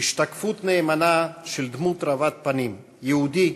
השתקפות נאמנה של דמות רבת פנים: יהודי,